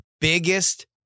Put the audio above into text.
biggest